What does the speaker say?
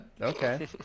Okay